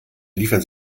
liefern